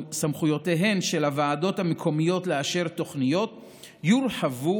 סמכויותיהן של הוועדות המקומיות לאשר תוכניות יורחבו,